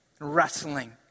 Wrestling